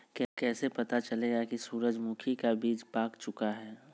कैसे पता चलेगा की सूरजमुखी का बिज पाक चूका है?